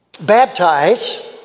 baptize